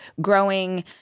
Growing